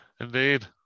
indeed